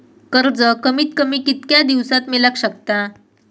कर्ज कमीत कमी कितक्या दिवसात मेलक शकता?